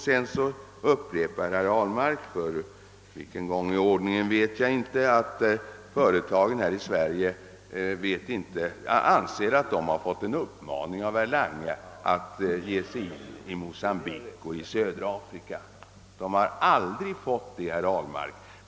Sedan upprepar herr Ahlmark — för vilken gång i ordningen vet jag inte — att företagen här i Sverige anser att de har fått en uppmaning av herr Lange att ge sig in i Mocambique och i södra Afrika. Det har de emellertid aldrig fått.